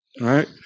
right